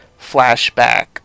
flashback